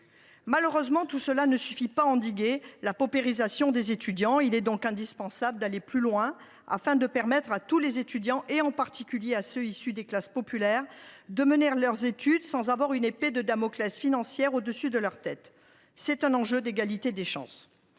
Malheureusement, tout cela ne suffit pas à endiguer la paupérisation des étudiants. Il est donc indispensable d’aller plus loin, afin de permettre à tous les étudiants, en particulier à ceux qui sont issus des classes populaires, de mener leurs études sans avoir une épée de Damoclès financière au dessus de leurs têtes. C’est un enjeu d’égalité des chances.